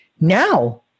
now